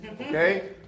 Okay